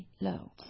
low